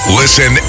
listen